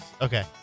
Okay